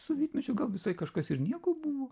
sovietmečiu gal visai kažkas ir nieko buvo